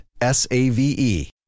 S-A-V-E